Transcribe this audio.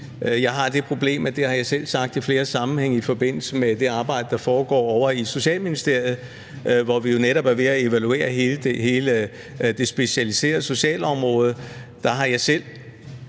Jeg har det problem, at det har jeg selv sagt i flere sammenhænge i forbindelse med det arbejde, der foregår ovre i Socialministeriet, hvor vi jo netop er ved at evaluere hele det specialiserede socialområde. Der har jeg selv